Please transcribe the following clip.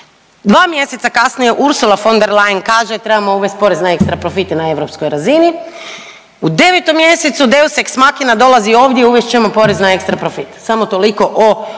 Dva mjeseca kasnije Ursula von der Leyen kaže trebamo uvesti porez na ekstra profite na europskoj razini. U 9. mjesecu Deus ex machina dolazi ovdje i uvest ćemo porez na ekstra profite. Samo toliko o